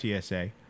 TSA